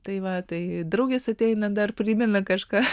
tai va tai draugės ateina dar primena kažką